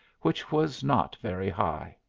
which was not very high.